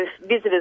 visitors